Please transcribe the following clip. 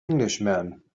englishman